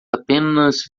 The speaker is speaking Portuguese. apenas